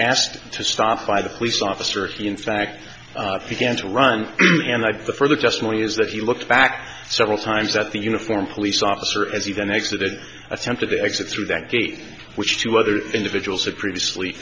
asked to stop by the police officer he in fact began to run and i prefer the testimony is that he looked back several times at the uniformed police officer as he then exited attempted to exit through that gate which two other individuals had previously